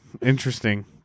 Interesting